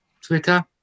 Twitter